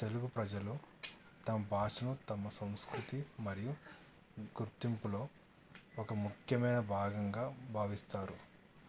తెలుగు ప్రజలు తమ భాషను తమ సంస్కృతి మరియు గుర్తింపులో ఒక ముఖ్యమైన భాగంగా భావిస్తారు